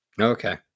okay